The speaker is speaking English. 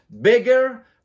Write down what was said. Bigger